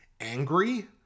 angry